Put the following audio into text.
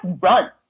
run